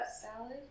Salad